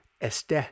este